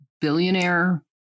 billionaire